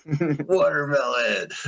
Watermelon